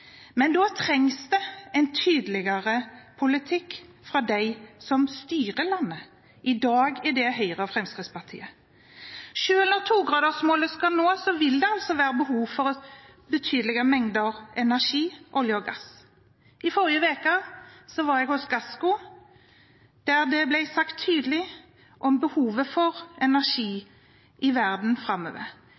men da trengs det en tydeligere politikk fra dem som styrer landet. I dag er det Høyre og Fremskrittspartiet. Selv når 2-gradersmålet skal nås, vil det være behov for betydelige mengder olje og gass. I forrige uke var jeg hos Gassco, der det ble sagt tydelig fra om behovet for energi i verden framover.